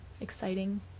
exciting